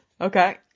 okay